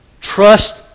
Trust